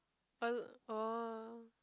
al~ oh